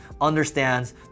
understands